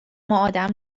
ادم